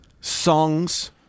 songs